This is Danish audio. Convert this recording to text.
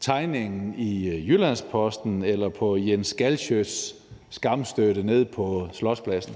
tegningen i Jyllands-Posten eller på Jens Galschiøts skamstøtte nede på Slotspladsen.